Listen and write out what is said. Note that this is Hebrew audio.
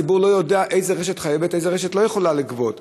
הציבור לא יודע איזו רשת חייבת ואיזו רשת לא יכולה לגבות.